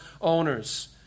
owners